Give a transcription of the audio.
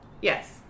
Yes